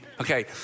Okay